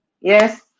Yes